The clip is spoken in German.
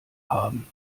haben